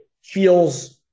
feels